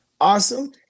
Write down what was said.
Awesome